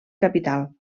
capital